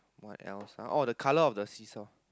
what else ah oh the colour of the seesaw